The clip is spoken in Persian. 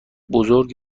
بزرگ